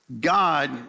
God